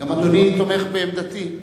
גם אדוני תומך בעמדתי?